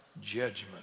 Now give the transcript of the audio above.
judgment